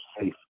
safe